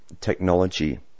technology